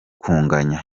kunganya